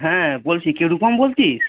হ্যাঁ বলছি কে রূপম বলছিস